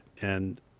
and-